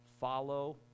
Follow